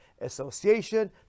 association